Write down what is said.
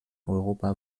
europa